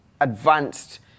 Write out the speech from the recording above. advanced